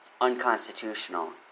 unconstitutional